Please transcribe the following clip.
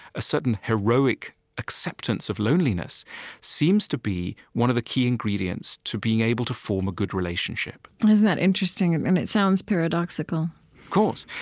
a certain heroic acceptance of loneliness seems to be one of the key ingredients to being able to form a good relationship and isn't that interesting? and it sounds paradoxical of course.